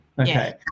okay